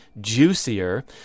juicier